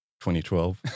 2012